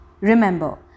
Remember